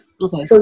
Okay